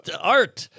art